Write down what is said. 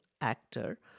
actor